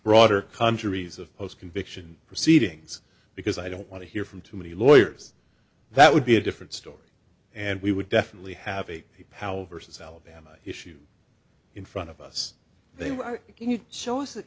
broader countries of post conviction proceedings because i don't want to hear from too many lawyers that would be a different story and we would definitely have a powell versus alabama issue in front of us they were right can you show us th